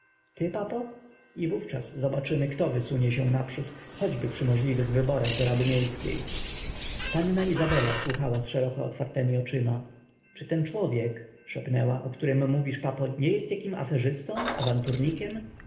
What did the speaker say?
i wówczas zobaczymy kto wysunie się naprzód choćby przy możliwych wyborach do rady miejskiej panna izabela słuchała z szeroko otwartemi oczyma czy ten człowiek szepnęła o którym mówisz papo nie jest jakim